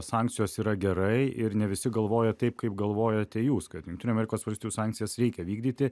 sankcijos yra gerai ir ne visi galvoja taip kaip galvojate jūs kad jungtinių amerikos valstijų sankcijas reikia vykdyti